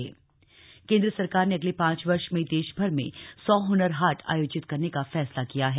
हुनर हाट केंद्र सरकार ने अगले पांच वर्ष में देशभर में एक सौ हुनर हाट आयोजित करने का फैसला किया है